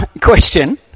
question